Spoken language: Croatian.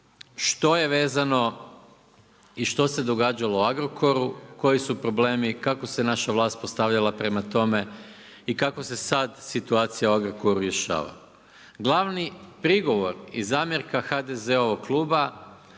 što je vezano i što se događalo u Agrokoru, koji su problemi, kako se naša vlast postavljala prema tome i kako se sada situacija u Agrokoru rješava. Glavni prigovor i zamjerka HDZ-ovog i